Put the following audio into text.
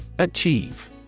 Achieve